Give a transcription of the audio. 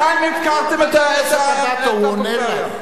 באר-שבע זה פריפריה.